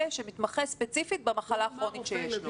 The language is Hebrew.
שמתמחה ספציפית במחלה הכרונית שיש לו.